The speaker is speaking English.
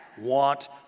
want